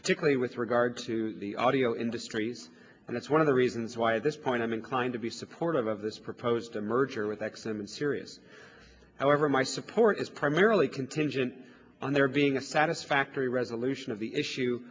particularly with regard to the audio industries and it's one of the reasons why this point i'm inclined to be supportive of this proposed merger with exim and sirius however my support is primarily contingent on there being a satisfactory resolution of the issue